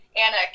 Anna